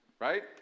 Right